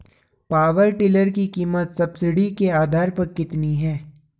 Power tiller की कीमत subsidy के आधार पर कितनी है?